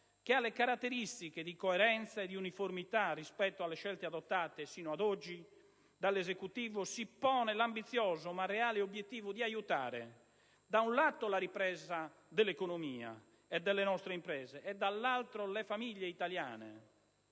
che ha le caratteristiche di coerenza e di uniformità rispetto alle scelte adottate sino ad oggi dall'Esecutivo, si pone l'ambizioso ma reale obiettivo di aiutare, da un lato la ripresa dell'economia e delle nostre imprese e dall'altro le famiglie italiane.